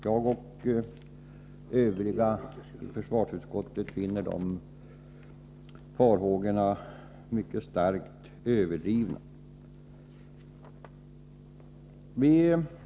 Jag och övriga ledamöter av försvarsutskottet finner att dessa farhågor är mycket starkt överdrivna.